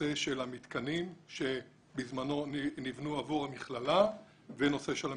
נושא של המתקנים שבזמנו נבנו עבור המכללה ונושא של המעונות.